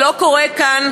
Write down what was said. זה לא קורה כאן,